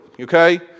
okay